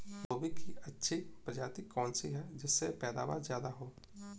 गोभी की अच्छी प्रजाति कौन सी है जिससे पैदावार ज्यादा हो?